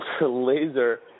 laser